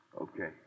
Okay